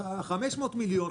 ה-557 מיליון,